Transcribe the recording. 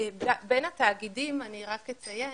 בין התאגידים,